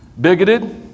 bigoted